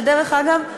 שדרך אגב,